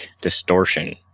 Distortion